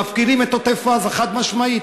מפקירים את עוטף-עזה, חד משמעית.